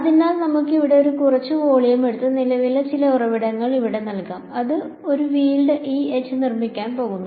അതിനാൽ നമുക്ക് ഇവിടെ കുറച്ച് വോളിയം എടുത്ത് നിലവിലെ ചില ഉറവിടങ്ങൾ ഇവിടെ നൽകാം ഇത് ഒരു ഫീൽഡ് E H നിർമ്മിക്കാൻ പോകുന്നു